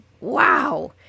Wow